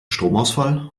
stromausfall